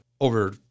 over